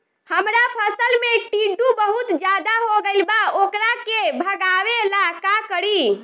हमरा फसल में टिड्डा बहुत ज्यादा हो गइल बा वोकरा के भागावेला का करी?